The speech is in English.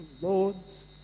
lords